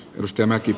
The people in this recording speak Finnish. ristimäki